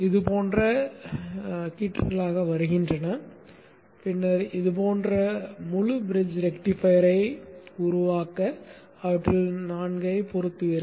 இது போன்ற கீற்றுகளாக வருகின்றன பின்னர் இதுபோன்ற முழு பிரிட்ஜ் ரெக்டிஃபையரை உருவாக்க அவற்றில் 4 ஐ பொறுத்துகிறீர்கள்